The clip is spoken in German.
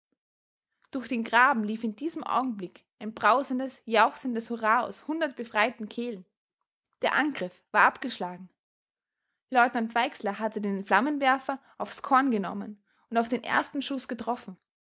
durch den graben lief in diesem augenblick ein brausendes jauchzendes hurrah aus hundert befreiten kehlen der angriff war abgeschlagen leutnant weixler hatte den flammenwerfer auf's korn genommen und auf den ersten schuß getroffen